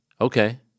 Okay